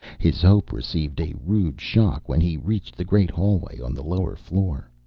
his hope received a rude shock when he reached the great hallway on the lower floor.